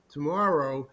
tomorrow